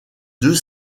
deux